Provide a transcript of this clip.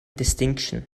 distinction